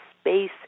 space